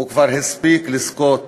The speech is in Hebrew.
הוא כבר הספיק לזכות